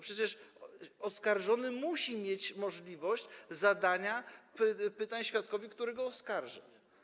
Przecież oskarżony musi mieć możliwość zadania pytań świadkowi, który go oskarża.